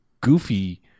goofy